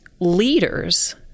leaders